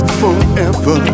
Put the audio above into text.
forever